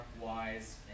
wise